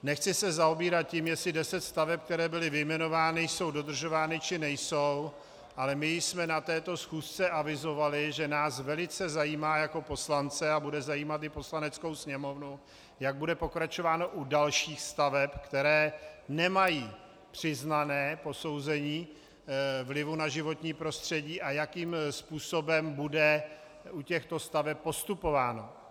Nechci se zabývat tím, jestli deset staveb, které byly vyjmenovány, jsou dodržovány, či nejsou, ale my jsme na této schůzce avizovali, že nás velice zajímá jako poslance a bude zajímat i Poslaneckou sněmovnu, jak bude pokračováno u dalších staveb, které nemají přiznané posouzení vlivu na životní prostředí, a jakým způsobem bude u těchto staveb postupováno.